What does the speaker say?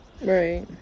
Right